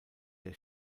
der